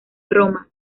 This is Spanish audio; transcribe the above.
roma